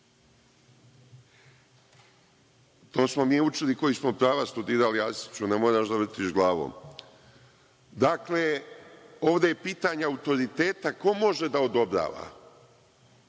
smo mi učili koji smo pravo studirali, Arsiću ne moraš da vrtiš glavom. Dakle, ovde je pitanje autoriteta ko može da odobrava.